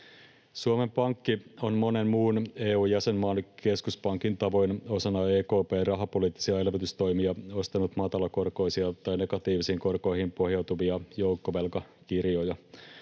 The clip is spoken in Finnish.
Suomen Pankki on monen muun EU-jäsenmaan keskuspankin tavoin osana EKP:n rahapoliittisia elvytystoimia ostanut matalakorkoisia tai negatiivisiin korkoihin pohjautuvia joukkovelkakirjoja.